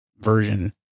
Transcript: version